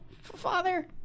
Father